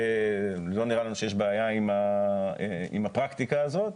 לא נראה לנו שיש בעיה עם הפרקטיקה הזאת,